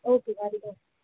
okay وعلیکم السلام